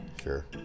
sure